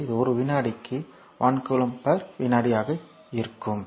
எனவே இது ஒரு வினாடிக்கு 1 கூலொம்ப் பர் வினாடி ஆக இருக்கும்